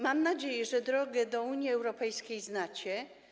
Mam nadzieję, że drogę do Unii Europejskiej znacie.